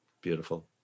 Beautiful